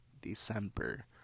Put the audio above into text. December